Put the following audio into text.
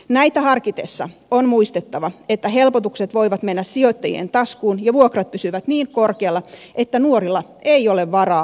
näitä harkitessa on muistettava että helpotukset voivat mennä sijoitta jien taskuun ja vuokrat pysyvät niin korkealla että nuorilla ei ole varaa asua pääkaupunkiseudulla